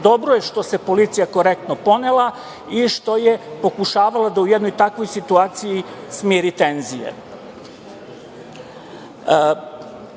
Dobro je što se policija korektno ponela i što je pokušavala da u jednoj takvoj situaciji smiri